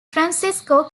francisco